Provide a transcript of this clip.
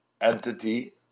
entity